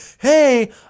hey